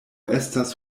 estas